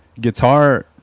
guitar